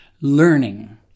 learning